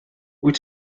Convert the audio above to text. wyt